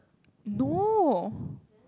no